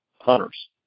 hunters